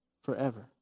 forever